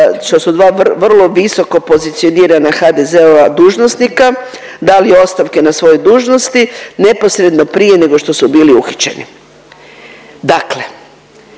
što su dva vrlo visoko pozicionirana HDZ-ova dužnosnika dali ostavke na svoje dužnosti neposredno prije nego što su bili uhićeni. Dakle,